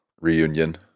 reunion